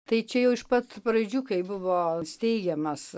tai čia jau iš pat pradžių kai buvo steigiamas